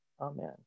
amen